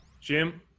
Jim